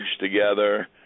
together